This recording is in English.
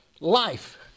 life